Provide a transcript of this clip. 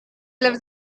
lives